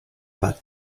war